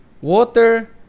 water